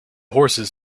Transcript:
horses